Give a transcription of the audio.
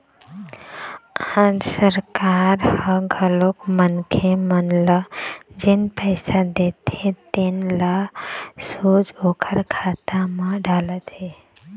आज सरकार ह घलोक मनखे मन ल जेन पइसा देथे तेन ल सोझ ओखर खाता म डालत हे